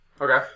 Okay